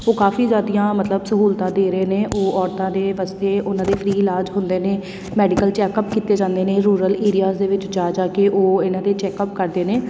ਉਹ ਕਾਫੀ ਜ਼ਿਆਦੀਆਂ ਮਤਲਬ ਸਹੂਲਤਾਂ ਦੇ ਰਹੇ ਨੇ ਉਹ ਔਰਤਾਂ ਦੇ ਵਾਸਤੇ ਉਹਨਾਂ ਦੇ ਫਰੀ ਇਲਾਜ ਹੁੰਦੇ ਨੇ ਮੈਡੀਕਲ ਚੈੱਕਅਪ ਕੀਤੇ ਜਾਂਦੇ ਨੇ ਰੂਰਲ ਏਰੀਆਜ ਦੇ ਵਿੱਚ ਜਾ ਜਾ ਕੇ ਉਹ ਇਹਨਾਂ ਦੇ ਚੈੱਕਅਪ ਕਰਦੇ ਨੇ